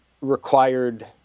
required